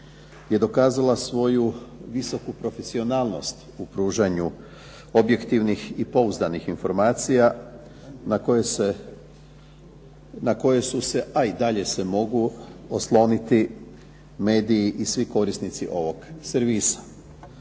je dokazala svoju visoku profesionalnost u pružanju objektivnih i pouzdanih informacija na koje su se, a i dalje se mogu, osloniti mediji i svi korisnici ovog servisa.